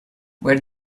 where